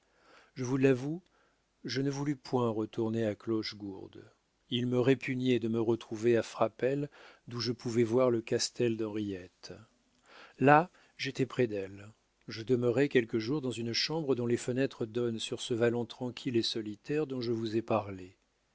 je vous l'avoue je ne voulus point retourner à clochegourde il me répugnait de me retrouver à frapesle d'où je pouvais voir le castel d'henriette là j'étais près d'elle je demeurai quelques jours dans une chambre dont les fenêtres donnent sur ce vallon tranquille et solitaire dont je vous ai parlé